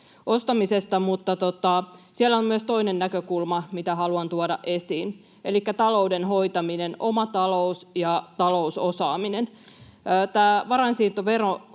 ostamisesta. Mutta siellä on myös toinen näkökulma, mitä haluan tuoda esiin, elikkä talouden hoitaminen, oma talous ja talousosaaminen. Tämä varainsiirtovero